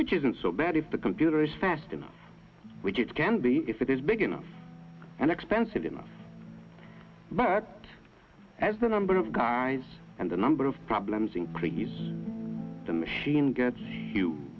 which isn't so bad if the computer is fast enough which it can be if it is big enough and expensive enough but as the number of guys and the number of problems increase the machine get